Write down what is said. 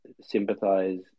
sympathize